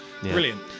brilliant